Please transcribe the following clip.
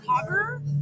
cover